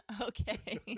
okay